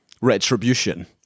retribution